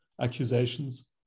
accusations